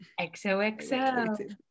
XOXO